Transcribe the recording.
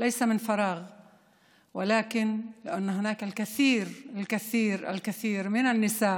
לא בוואקום אלא בגלל שיש נשים ונערות רבות הסובלות מהטרדה